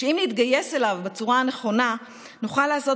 ואם נתגייס אליו בצורה הנכונה נוכל לעשות